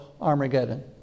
Armageddon